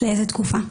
לאיזו תקופה?